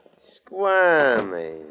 Squirmy